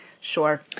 Sure